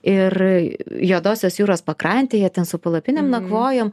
ir juodosios jūros pakrantėje ten su palapinėm nakvojom